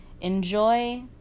enjoy